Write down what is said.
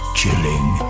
chilling